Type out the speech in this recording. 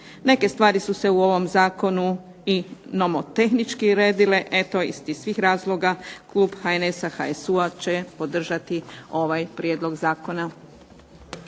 Neke stvari su se u ovom zakonu i nomotehničke uredile. Eto iz tih svih razloga klub HNS-HSU će podržati ovaj prijedlog zakona.